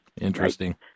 Interesting